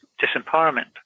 disempowerment